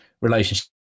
relationship